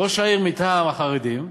ראש עיר מטעם החרדים,